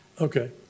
Okay